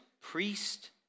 priest